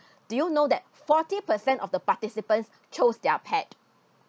do you know that forty percent of the participants chose their pet